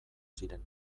ziren